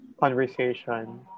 conversation